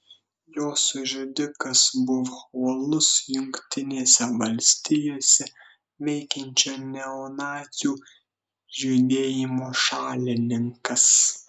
jos žudikas buvo uolus jungtinėse valstijose veikiančio neonacių judėjimo šalininkas